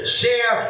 share